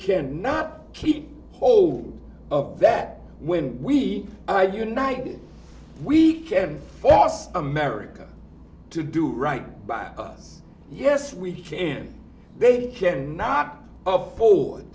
cannot keep hold of that when we are united we can force america to do right by us yes we can they can not afford